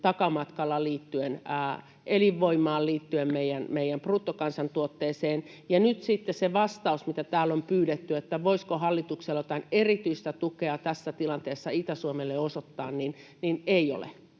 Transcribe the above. takamatkalla liittyen elinvoimaan, liittyen meidän bruttokansantuotteeseen. Ja nyt sitten se vastaus, mitä täällä on pyydetty — voisiko hallituksella olla jotain erityistä tukea tässä tilanteessa Itä-Suomelle osoittaa — on, että ei ole.